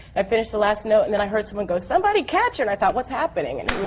i finished the last note and then i heard someone go, somebody catch her and i thought, what's happening? and